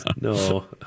No